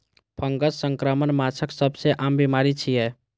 fungus संक्रमण माछक सबसं आम बीमारी छियै